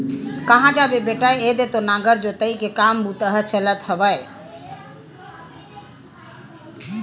काँहा जाबे बेटा ऐदे तो नांगर जोतई के काम बूता ह चलत हवय